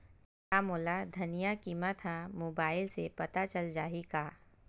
का मोला धनिया किमत ह मुबाइल से पता चल जाही का?